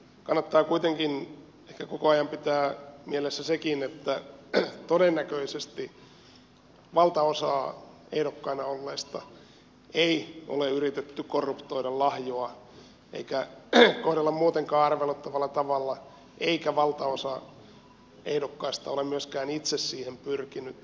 kannattaa kuitenkin ehkä koko ajan pitää mielessä sekin että todennäköisesti valtaosaa ehdokkaina olleista ei ole yritetty korruptoida lahjoa eikä kohdella muutenkaan arveluttavalla tavalla eikä valtaosa ehdokkaista ole myöskään itse siihen pyrkinyt